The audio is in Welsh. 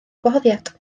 gwahoddiad